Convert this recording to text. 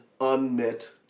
unmet